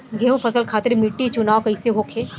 गेंहू फसल खातिर मिट्टी चुनाव कईसे होखे?